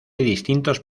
distintos